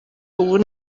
ubu